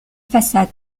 façade